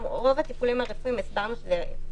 רוב הטיפולים הרפואיים - למשל,